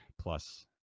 plus